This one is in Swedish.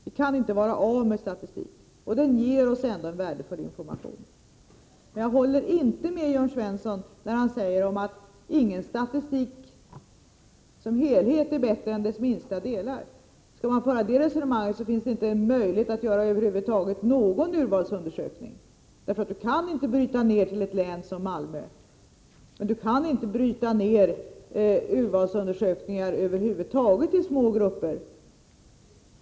Vi kan inte vara utan denna statistik. Den ger oss ju ändå värdefull information. Jag håller inte med Jörn Svensson när han säger att ingen statistik som helhet är bättre än dess minsta delar. Skall man föra det resonemanget, finns det inte en möjlighet att över huvud taget göra någon urvalsundersökning. Man kan inte bryta ned ett län som Malmöhus län i små delar, och man kan inte bryta ned urvalsundersökningar över huvud taget i små grupper.